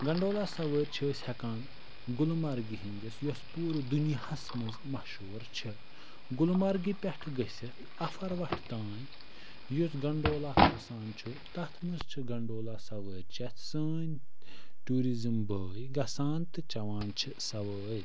gondola سَوٲرۍ چھِ أسۍ ہیٚکان گُلمَرگہِ ہنٛدِس یۄس پوٗرٕ دُنیاہَس مَنٛز مَشہور چھِ گُلمَرگہ پٮ۪ٹھ گٔژھِتھ اَفَروَٹھ تانۍ یُس گنڈولا کھَسان چھُ تتھ مَنٛز چھِ گنڈولا سَوٲرۍ چیٚتھ سٲنۍ ٹیٛوٗرِزٕم بھٲے گَژھان تہٕ چیٚوان چھِ سَوٲرۍ